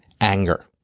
anger